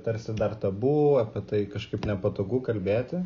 tarsi dar tabu apie tai kažkaip nepatogu kalbėti